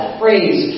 phrase